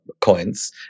coins